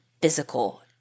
physical